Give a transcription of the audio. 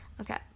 Okay